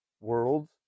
worlds